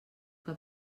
que